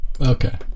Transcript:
Okay